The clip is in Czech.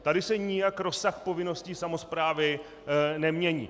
Tady se nijak rozsah povinností samosprávy nemění.